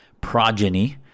progeny